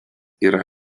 yra